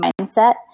mindset